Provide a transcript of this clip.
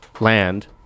land